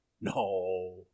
No